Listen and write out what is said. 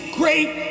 great